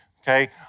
okay